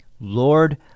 Lord